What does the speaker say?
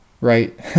right